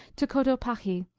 to cotopaxi,